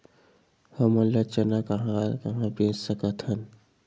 हमन चना ल कहां कहा बेच सकथन?